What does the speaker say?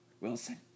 Wilson